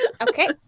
Okay